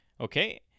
okay